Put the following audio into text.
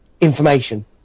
information